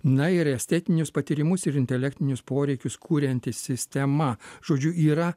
na ir estetinius patyrimus ir intelektinius poreikius kurianti sistema žodžiu yra